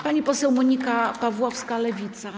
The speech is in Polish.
Pani poseł Monika Pawłowska, Lewica.